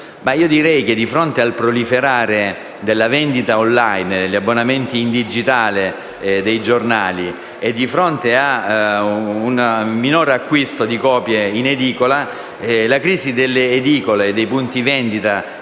Ma direi che di fronte al proliferare della vendita *online*, degli abbonamenti in digitale dei giornali e di fronte a un minore acquisto di copie in edicola, la crisi delle edicole e dei punti vendita